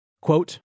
Quote